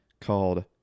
called